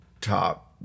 top